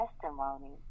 testimony